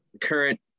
current